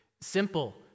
simple